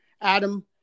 Adam